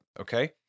okay